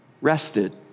rested